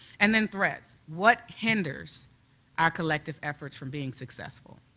and then threats, what hinders our collective effort from being successful?